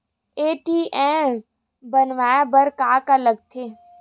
ATM बनवाय बर का का लगथे?